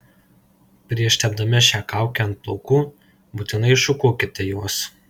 prieš tepdami šią kaukę ant plaukų būtinai iššukuokite juos